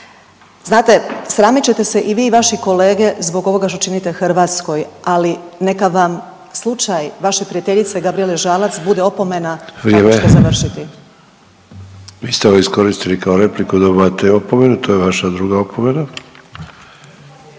Znate, sramit ćete se i vi i vaši kolege zbog ovoga što činite Hrvatskoj, ali neka vam slučaj vaše prijateljice Gabrijele Žalac bude opomena kako ćete …/Upadica Sanader: Vrijeme./… završiti. **Sanader, Ante (HDZ)** Vi ste ovo iskoristili kao repliku dobivate opomenu, to je vaša druga opomena.